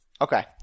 Okay